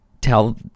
tell